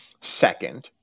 Second